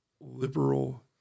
liberal